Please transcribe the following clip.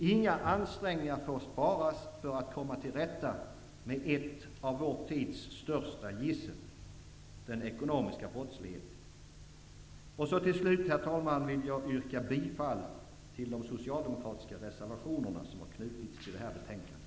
Inga ansträngningar får sparas för att komma till rätta med ett av vår tids största gissel: den ekonomiska brottsligheten. Herr talman! Avslutningsvis vill jag yrka bifall till de socialdemokratiska reservationer som har knutits till detta betänkande.